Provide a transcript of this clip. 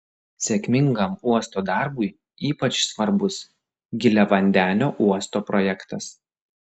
sėkmingam uosto darbui ypač svarbus giliavandenio uosto projektas